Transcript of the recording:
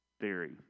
theory